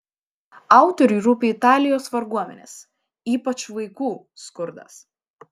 autoriui rūpi italijos varguomenės ypač vaikų skurdas